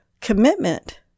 commitment